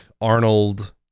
Arnold